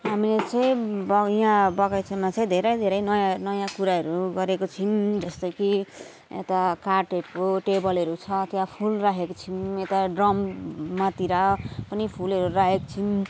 हामीले चाहिँ ब यहाँ बगैँचामा चाहिँ धेरै धेरै नयाँ नयाँ कुराहरू गरेको छौँ जस्तै कि यता काठहरूको टेबलहरू छ त्यहाँ फुल राखेको छौँ यता ड्रममातिर पनि फुलहरू राखेको छौँ